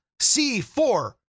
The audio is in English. C4